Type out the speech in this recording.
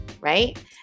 right